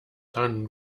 dann